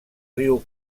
riu